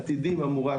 עתידים אמורה,